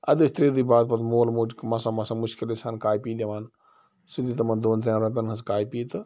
اَدٕ ٲسۍ ترٛےٚ دُہہِ بعد پتہٕ مول موج مَسہ مَسہ مُشکلی سان کاپی دِوان سُہ دی تِن پتہٕ دۄن ترٛیٚن رۄپیَن ہنٛز کاپی تہٕ